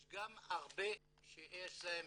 יש גם הרבה שיש להם